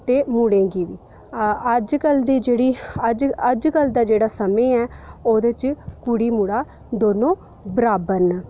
ते मुड़े गी बी ते अजकल दा जेह्ड़ा समां ऐ ओह्दे च कुड़ी मुड़ा दोऐ बराबर न